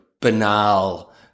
banal